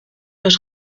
los